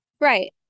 Right